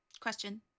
Question